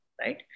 Right